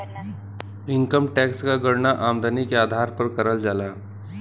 income tax क गणना आमदनी के आधार पर करल जाला